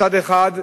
מצד אחד,